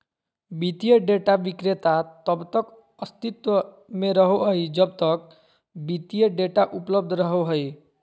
वित्तीय डेटा विक्रेता तब तक अस्तित्व में रहो हइ जब तक वित्तीय डेटा उपलब्ध रहो हइ